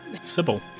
Sybil